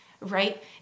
right